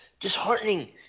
disheartening